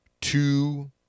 two